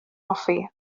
hoffi